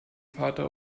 vater